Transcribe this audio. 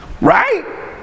Right